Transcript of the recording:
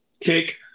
kick